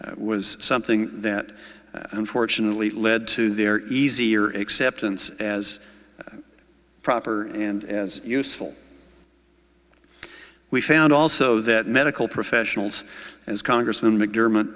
was something that unfortunately led to their easier acceptance as proper and as useful we found also that medical professionals as congressman mcdermott